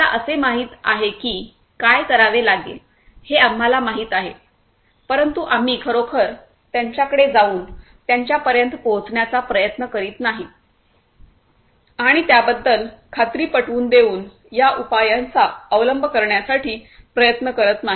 मला तसे माहित आहे की काय करावे लागेल हे आम्हाला माहित आहे परंतु आम्ही खरोखर त्यांच्याकडे जाऊन त्यांच्यापर्यंत पोहोचण्याचा प्रयत्न करीत नाही आणि त्याबद्दल खात्री पटवून देऊन या उपायांचा अवलंब करण्यासाठी प्रयत्न करत नाही